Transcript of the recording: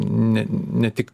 ne ne tik